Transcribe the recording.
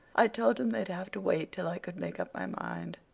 i told them they'd have to wait till i could make up my mind.